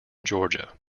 georgia